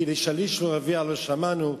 כי לשליש ולרביע לא שמענו,